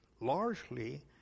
largely